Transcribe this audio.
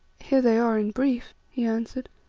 here they are in brief, he answered.